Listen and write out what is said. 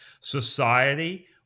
Society